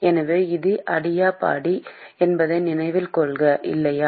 எனவே இது அடியாபாடிக் என்பதை நினைவில் கொள்க இல்லையா